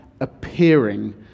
appearing